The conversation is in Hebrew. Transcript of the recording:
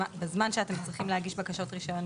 בזמן שאתם צריכים להגיש את הבקשות לרישיון